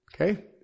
okay